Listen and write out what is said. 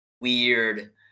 weird